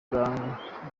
bwangu